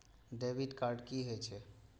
Debit card की होय छेय?